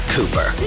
Cooper